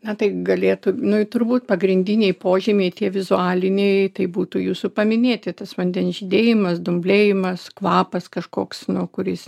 na tai galėtų nu ir turbūt pagrindiniai požymiai tie vizualiniai tai būtų jūsų paminėti tas vandens žydėjimas dumblėjimas kvapas kažkoks nu kuris